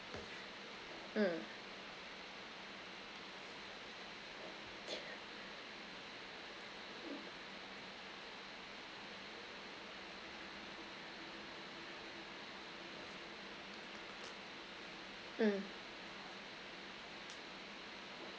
mm mm